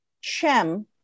Shem